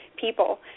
people